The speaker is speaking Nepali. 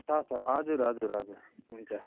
छ छ हजुर हजुर हजुर हुन्छ